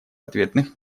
ответных